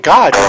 God